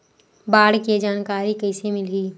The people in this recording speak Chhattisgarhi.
बाढ़ के जानकारी कइसे मिलही?